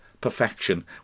perfection